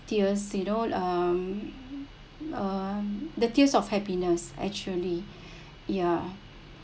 tears you know um um the tears of happiness actually yeah